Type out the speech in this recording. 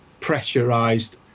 pressurised